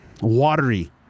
watery